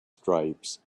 stripes